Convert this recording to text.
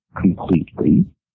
completely